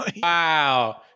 Wow